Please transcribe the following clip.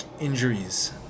injuries